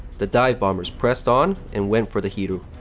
the dive bombers pressed on and went for the hiryu.